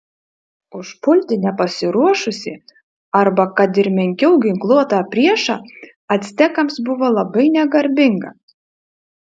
užpulti nepasiruošusį arba kad ir menkiau ginkluotą priešą actekams buvo labai negarbinga